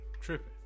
tripping